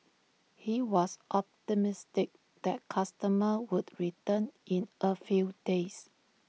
he was optimistic that customers would return in A few days